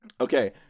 Okay